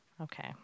Okay